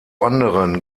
anderen